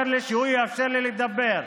שהוא יאפשר לי לדבר.